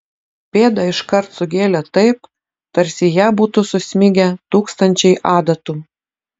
pėdą iškart sugėlė taip tarsi į ją būtų susmigę tūkstančiai adatų